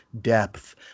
depth